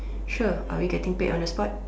sure are we getting paid on the spot